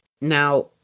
Now